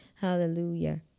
Hallelujah